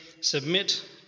submit